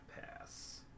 pass